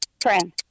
friend